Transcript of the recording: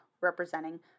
representing